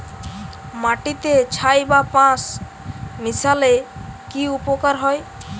মাটিতে ছাই বা পাঁশ মিশালে কি উপকার হয়?